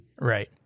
right